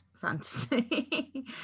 fantasy